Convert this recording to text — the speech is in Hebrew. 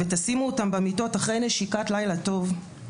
ותשימו אותם במיטות אחרי נשיקת לילה טוב,